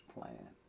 plan